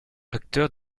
acteur